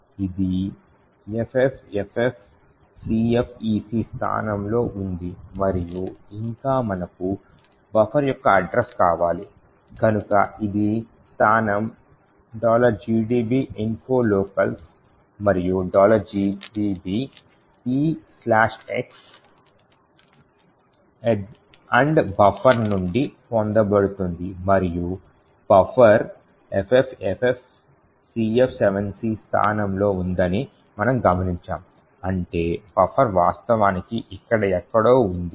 ఇది FFFFCFEC స్థానంలో ఉంది మరియు ఇంకా మనకు buffer యొక్క అడ్రస్ కావాలి కనుక ఇది స్థానం gdb info locals మరియు gdb px buffer నుండి పొందబడుతుంది మరియు buffer FFFFCF7C స్థానంలో ఉందని మనము గమనించాము అంటే buffer వాస్తవానికి ఇక్కడ ఎక్కడో ఉంది